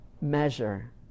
measure